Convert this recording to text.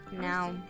now